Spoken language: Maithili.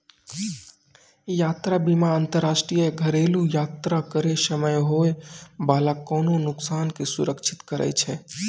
यात्रा बीमा अंतरराष्ट्रीय या घरेलु यात्रा करै समय होय बाला कोनो नुकसानो के सुरक्षित करै छै